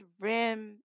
rim